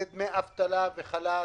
זה דמי אבטלה וחל"ת